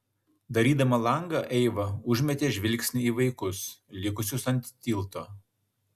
darydama langą eiva užmetė žvilgsnį į vaikus likusius ant tilto